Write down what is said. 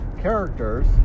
characters